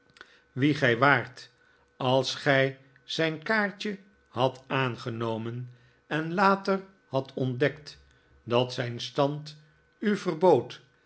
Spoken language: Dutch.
gij waart als gij zijn kaartje hadt aangenomen en later hadt ontdekt dat zijn stand u verbood